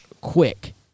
quick